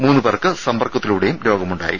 മൂന്ന് പേർക്ക് സമ്പർക്കത്തിലൂടെയും രോഗമുണ്ടായി